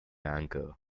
anchor